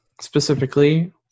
specifically